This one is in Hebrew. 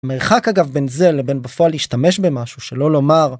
מרחק אגב בין זה לבין בפועל להשתמש במשהו שלא לומר